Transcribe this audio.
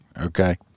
okay